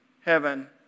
heaven